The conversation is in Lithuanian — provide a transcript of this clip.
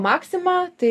maxima tai